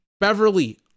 Beverly